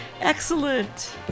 Excellent